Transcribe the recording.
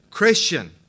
Christian